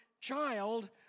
child